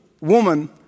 woman